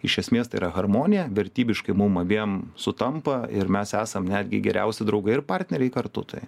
iš esmės tai yra harmonija vertybiškai mum abiem sutampa ir mes esam netgi geriausi draugai ir partneriai kartu tai